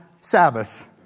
Sabbath